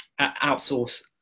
outsource